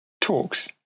talks